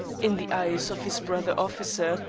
in the eyes of his brother officer,